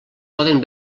poden